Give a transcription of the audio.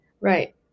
right